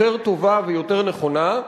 יותר טובה ויותר נכונה,